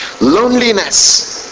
loneliness